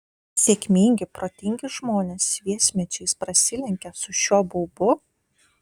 sėkmingi protingi žmonės šviesmečiais prasilenkia su šiuo baubu